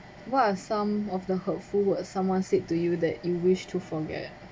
what are some of the hurtful words someone said to you that you wish to forget